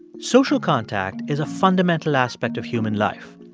social contact is a fundamental aspect of human life.